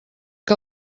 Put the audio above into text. que